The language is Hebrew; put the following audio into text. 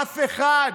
אף אחד,